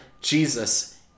Jesus